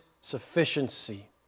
sufficiency